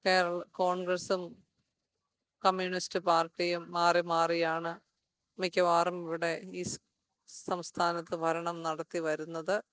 കേരൾ കോൺഗ്രസ്സും കമ്മ്യൂണിസ്റ്റ് പാർട്ടിയും മാറി മാറിയാണ് മിക്കവാറും ഇവിടെ ഈ സംസ്ഥാനത്ത് ഭരണം നടത്തി വരുന്നത്